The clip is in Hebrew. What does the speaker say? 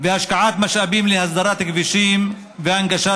והשקעת משאבים להסדרת כבישים והנגשת